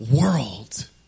world